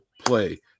play